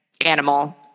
animal